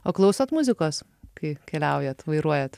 o klausot muzikos kai keliaujat vairuojat